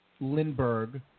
Lindbergh